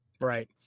Right